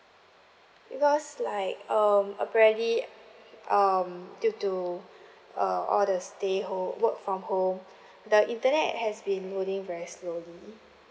because like um apparently um due to uh all the stay home work from home the internet has been moving very slowly